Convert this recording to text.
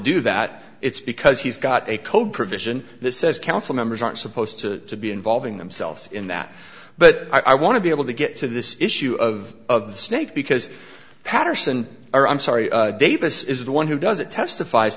do that it's because he's got a code provision that says council members aren't supposed to be involving themselves in that but i want to be able to get to this issue of the snake because paterson or i'm sorry davis is the one who doesn't testifies